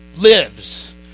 lives